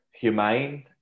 humane